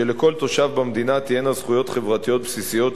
שלכל תושב במדינה תהיינה זכויות חברתיות בסיסיות שבהן: